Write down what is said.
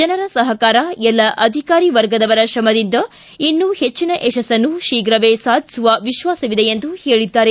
ಜನರ ಸಹಕಾರ ಎಲ್ಲ ಅಧಿಕಾರಿ ವರ್ಗದವರ ತ್ರಮದಿಂದ ಇನ್ನೂ ಹೆಚ್ಚಿನ ಯಶಸ್ಸನ್ನು ಶೀಘ್ರವೇ ಸಾಧಿಸುವ ವಿಶ್ವಾಸವಿದೆ ಎಂದು ಹೇಳಿದ್ದಾರೆ